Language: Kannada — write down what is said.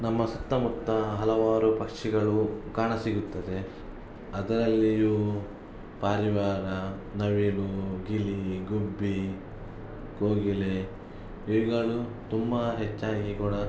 ನಮ್ಮ ಸುತ್ತಮುತ್ತ ಹಲವಾರು ಪಕ್ಷಿಗಳು ಕಾಣಸಿಗುತ್ತದೆ ಅದರಲ್ಲಿಯೂ ಪಾರಿವಾಳ ನವಿಲು ಗಿಳಿ ಗುಬ್ಬಿ ಕೋಗಿಲೆ ಇವುಗಳು ತುಂಬ ಹೆಚ್ಚಾಗಿ ಕೂಡ